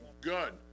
Good